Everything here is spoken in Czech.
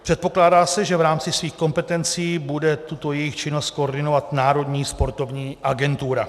Předpokládá se, že v rámci svých kompetencí bude tuto jejich činnost koordinovat Národní sportovní agentura.